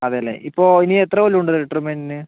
അതെ അല്ലേ ഇപ്പോൾ ഇനി എത്ര കൊല്ലം ഉണ്ട് റിട്ടയർമെന്റിന്